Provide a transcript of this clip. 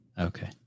okay